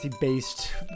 based